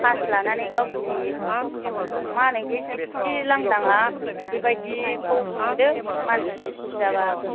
pass लानानै गावसिनि मा होनो बे जिबसि लांदांआ बेबायदिखौ हमदो मानसि बुरजाबा